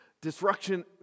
Disruption